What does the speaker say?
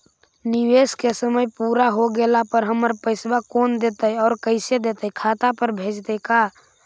निवेश के समय पुरा हो गेला पर हमर पैसबा कोन देतै और कैसे देतै खाता पर भेजतै का?